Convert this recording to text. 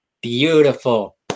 Beautiful